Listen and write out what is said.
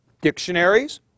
dictionaries